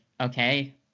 okay